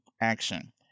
action